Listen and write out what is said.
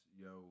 yo